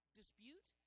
dispute